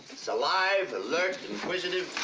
it's alive, alert, inquisitive.